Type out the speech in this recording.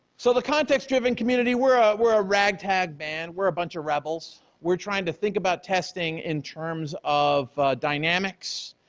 so the context-driven community, we're a, we're a rag-tag band, we're a bunch of rebels. we're trying to think about testing in terms of dynamics,